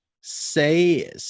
Say